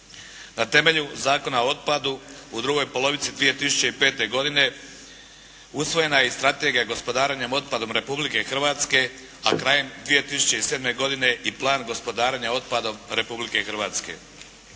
Na temelju Zakona o otpadu u drugoj polovici 2005. godine usvojena je i Strategija gospodarenja otpadom Republike Hrvatske, a krajem 2007. godine i Plan gospodarenja otpadom Republike Hrvatske.